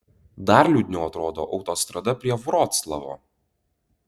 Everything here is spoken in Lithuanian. dar liūdniau atrodo autostrada prie vroclavo